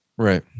Right